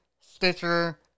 Stitcher